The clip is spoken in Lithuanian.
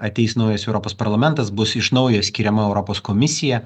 ateis naujas europos parlamentas bus iš naujo skiriama europos komisija